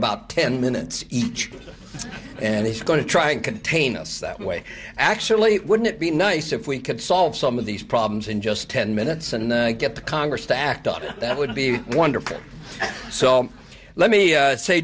about ten minutes each and he's going to try and contain us that way actually wouldn't it be nice if we could solve some of these problems in just ten minutes and get the congress to act on it that would be wonderful so let me